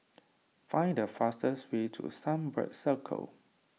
find the fastest way to Sunbird Circle